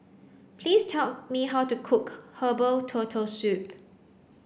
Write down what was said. please tell me how to cook Herbal Turtle Soup